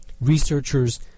researchers